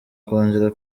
kongera